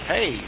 Hey